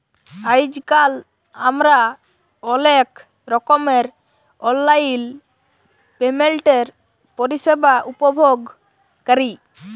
আইজকাল আমরা অলেক রকমের অললাইল পেমেল্টের পরিষেবা উপভগ ক্যরি